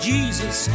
Jesus